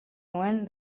nuen